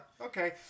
Okay